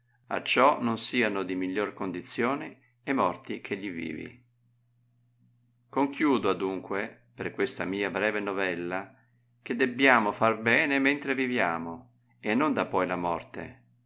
visse acciò non siano di miglior condizione e morti che gli vivi conchiudo adunque per questa mia breve novella che debbiamo far bene mentre viviamo e non dapoi la morte